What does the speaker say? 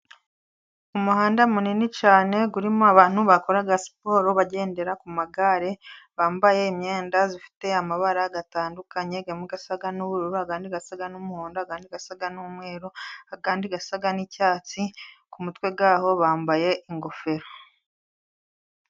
Umuhanda munini cyane urimo abantu bakora siporo bagendera kumagare. Bambaye imyenda ifite amabara atandukanye, amwe asa n'ubururu, andi asa n'umuhondo, andi asa n'umweru, andi asa n'icyatsi, k'umutwe wabo bambaye ingofero.